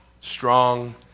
strong